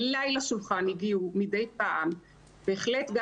אלי לשולחן הגיעו מדי פעם בהחלט גם